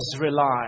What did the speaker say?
rely